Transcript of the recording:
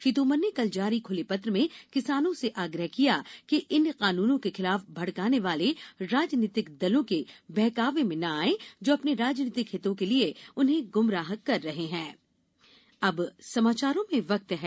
श्री तोमर ने कल जारी ख्ले पत्र में किसानों को आगाह किया कि इन कानूनों के खिलाफ भड़काने वाले राजनीतिक दलों के बहकावे में न आएं जो अपने राजनीतिक हितों के लिए उन्हें गुमराह कर रहे हैं